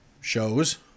shows